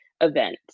event